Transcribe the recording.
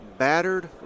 Battered